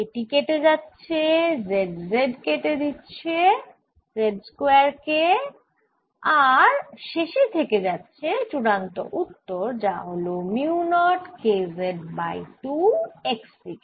এটি কেটে যাচ্ছে z z কেটে দিচ্ছে z স্কয়ার কে আর শেষে থেকে যাচ্ছে চুড়ান্ত উত্তর যা হল mu not K z by 2 x দিকে